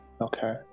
Okay